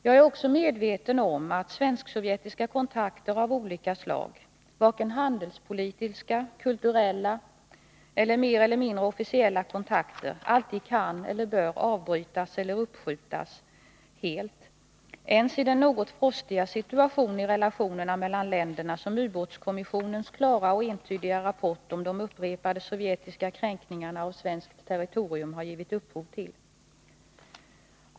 Jag är också medveten om att svensk-sovjetiska kontakter av 65 olika slag, handelspolitiska, kulturella eller mer eller mindre officiella kontakter, inte alltid kan eller bör avbrytas helt eller uppskjutas, ens i den något frostiga situation i relationerna mellan länderna som ubåtskommissionens klara och entydiga rapport om de upprepade sovjetiska kränkningarna av svenskt territorium har givit upphov till.